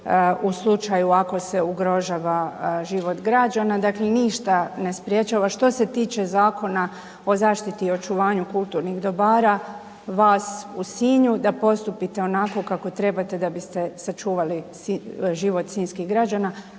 u slučaju ako se ugrožava život građana. Dakle, ništa ne sprječava. Što se tiče Zakona o zaštiti i očuvanju kulturnih dobara vas u Sinju da postupite onako kako trebate da biste sačuvali život sinjskih građana,